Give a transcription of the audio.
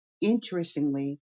Interestingly